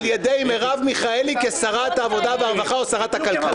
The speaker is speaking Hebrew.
על ידי מרב מיכאלי כשרת העבודה והרווחה או שרת הכלכלה?